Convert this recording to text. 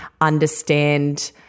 understand